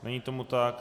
Není tomu tak.